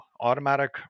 automatic